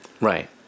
Right